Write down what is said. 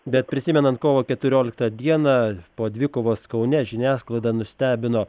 bet prisimenant kovo keturioliktą dieną po dvikovos kaune žiniasklaidą nustebino